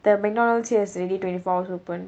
the McDonald's yesterday twenty four hours open